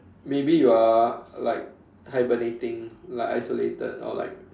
maybe you are like hibernating like isolated or like